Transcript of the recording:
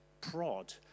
prod